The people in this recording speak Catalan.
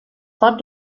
pot